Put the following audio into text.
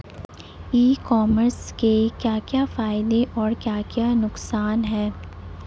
ई commerce के क्या क्या फायदे और क्या क्या नुकसान है?